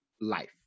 life